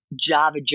Java